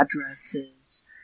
addresses